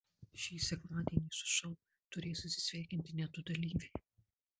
šį sekmadienį su šou turės atsisveikinti net du dalyviai